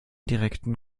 direkten